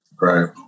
Right